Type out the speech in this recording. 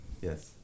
Yes